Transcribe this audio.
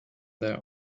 their